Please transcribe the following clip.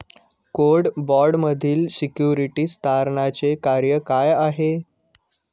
Court बाँडमधील securities तारणाचे कार्य काय आहे?